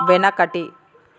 వెనకటి